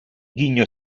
ghigno